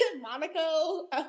Monaco